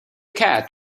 cat